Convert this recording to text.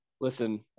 Listen